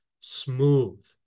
smooth